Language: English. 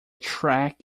track